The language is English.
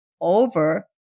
over